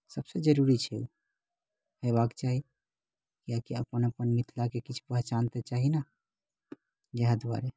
सभसे जरुरी छै हेबाक चाही कियाकि अपन अपन मिथिलाकेँ किछु पहचान तऽ चाही ने इएहा दुआरे